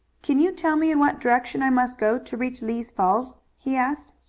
can you tell me in what direction i must go to reach lee's falls? he asked.